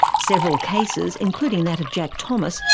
several cases, including that of jack thomas,